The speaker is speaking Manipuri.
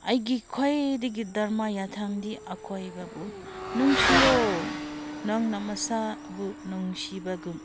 ꯑꯩꯒꯤ ꯈ꯭ꯋꯥꯏꯗꯒꯤ ꯙꯔꯃ ꯌꯥꯊꯪꯗꯤ ꯑꯀꯣꯏꯕꯕꯨ ꯅꯨꯡꯁꯤꯌꯣ ꯅꯪꯅ ꯅꯁꯥꯕꯨ ꯅꯨꯡꯁꯤꯕꯒꯨꯝ